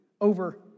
over